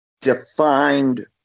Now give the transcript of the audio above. defined